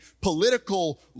political